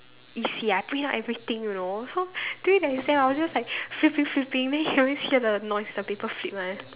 you see I print out everything you know so during the exam I was just like flipping flipping then you can always hear the noise the paper flip one